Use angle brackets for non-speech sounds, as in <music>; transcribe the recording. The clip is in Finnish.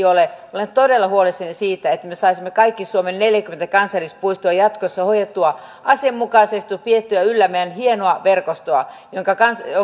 <unintelligible> ole olen todella huolissani siitä että me saisimme kaikki suomen neljäkymmentä kansallispuistoa jatkossa hoidettua asianmukaisesti pidettyä yllä meidän hienoa verkostoamme jonka